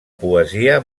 poesia